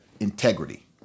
Integrity